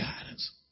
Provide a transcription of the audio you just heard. guidance